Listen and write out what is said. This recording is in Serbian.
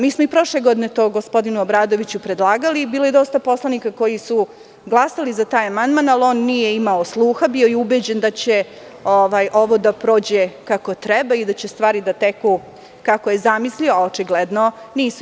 Mi smo i prošle godine to gospodinu Obradoviću predlagali i bilo je dosta poslanika koji su glasali za taj amandman, ali on nije imao sluha bio je ubeđen da će ovo da prođe kako treba i da će stvari da teku kako je zamislio, a očigledno nisu.